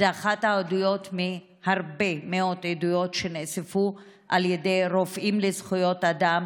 זו אחת העדויות מהרבה מאוד עדויות שנאספו על ידי רופאים לזכויות אדם,